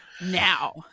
Now